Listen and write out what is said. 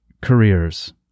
careers